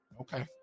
okay